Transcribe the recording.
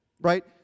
right